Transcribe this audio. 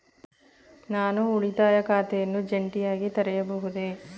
ನಾನು ಉಳಿತಾಯ ಖಾತೆಯನ್ನು ಜಂಟಿಯಾಗಿ ತೆರೆಯಬಹುದೇ?